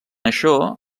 això